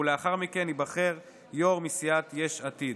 ולאחר מכן ייבחר יו"ר מסיעת יש עתיד.